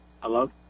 Hello